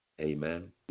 Amen